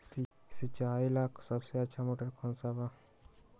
सिंचाई ला सबसे अच्छा मोटर कौन बा?